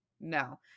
no